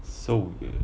so weird